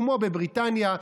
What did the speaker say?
כמו בבריטניה,